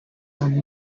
are